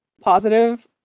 positive